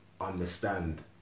understand